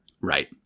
Right